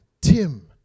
Tim